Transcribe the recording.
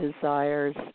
desires